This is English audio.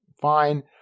fine